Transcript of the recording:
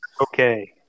okay